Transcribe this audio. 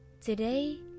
Today